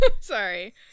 sorry